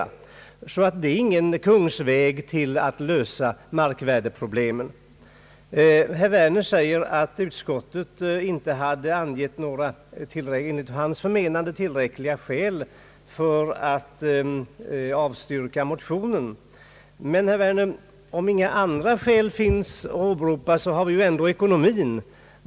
Det är alltså ingen kungsväg till en lösning av markvärdeproblemen. Herr Werner säger att utskottet enligt hans förmenande inte angivit tillräckliga skäl för att avstyrka motionen. Men, herr Werner, om inga andra skäl är begripliga så har vi ändå ekonomin att tänka på.